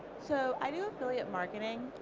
so i mean affiliate marketing,